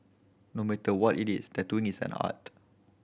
no matter what it is tattooing is an art